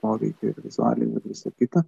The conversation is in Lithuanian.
poveikį ir vizualinį ir visa kita